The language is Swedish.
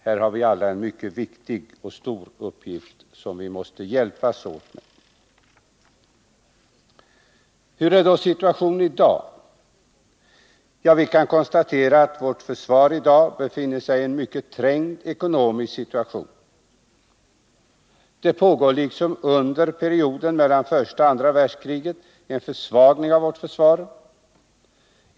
Här har vi alla en mycket viktig och stor uppgift som vi måste hjälpas åt med. Hur är situationen i dag? Vi kan konstatera att vårt försvar i dag befinner sigi en mycket trängd ekonomisk situation. Det pågår liksom under perioden mellan första och andra världskriget en försvagning av vårt försvar.